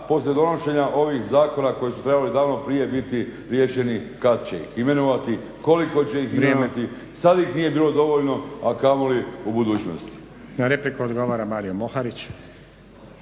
poslije donošenja ovih zakona koji su trebali biti davno prije riješeni kada će imenovati, koliko će ih imenovati. Sada ih nije bilo dovoljno, a kamoli u budućnosti.